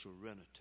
serenity